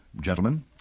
gentlemen